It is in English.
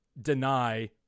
deny